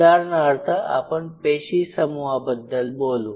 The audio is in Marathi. उदाहरणार्थ आपण पेशी समूहाबद्दल बोलू